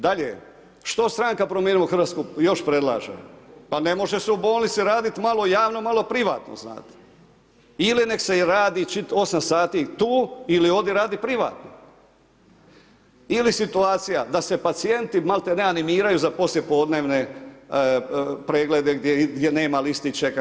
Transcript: Dalje, što Stranka Promijenimo Hrvatsku još predlaže, pa ne možeš u bolnici radit malo javno malo privatno znate ili nek se radi 8 sati tu ili odi radi privatno, ili situacija da se pacijenti mal tene animiraju za poslijepodnevne preglede gdje nema listi čekanja.